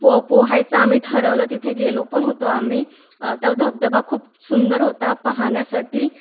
पो पोहायचं आम्ही ठरवलं तिथे गेलो पण होतो आम्ही तो धबधबा खूप सुंदर होता पाहण्यासाठी